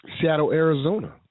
Seattle-Arizona